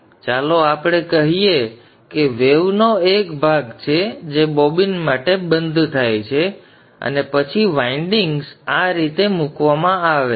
તેથી ચાલો આપણે કહીએ કે વેવનો એક ભાગ છે જે બોબિન માટે બંધ થાય છે અને પછી વાઇન્ડિંગ્સ આ રીતે મૂકવામાં આવે છે